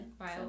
Right